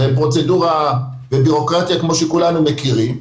וזו פרוצדורה ובירוקרטיה כמו שאנחנו מכירים,